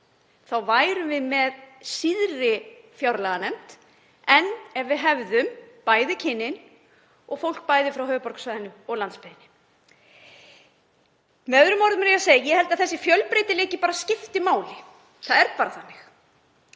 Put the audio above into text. værum við með síðri fjárlaganefnd en ef við hefðum bæði kynin og fólk bæði af höfuðborgarsvæðinu og landsbyggðinni. Ég er með öðrum orðum að segja að ég held að þessi fjölbreytileiki skipti máli. Það er bara þannig.